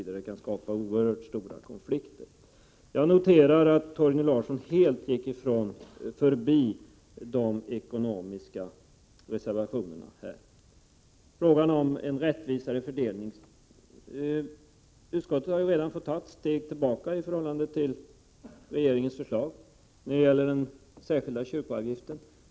Det kan skapa oerhört stora konflikter. Jag noterar att Torgny Larsson helt gick förbi de ekonomiska reservationerna. Utskottet har ju redan fått ta ett steg tillbaka i förhållande till regeringens förslag när det gäller den särskilda kyrkoavgiften.